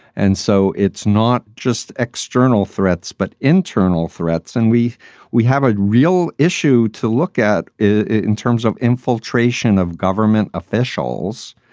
and so it's not just external threats, but internal threats. and we we have a real issue to look at in terms of infiltration of government officials,